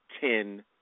Ten